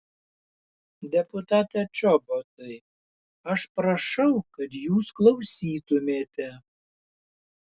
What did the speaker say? deputate čobotai aš prašau kad jūs klausytumėte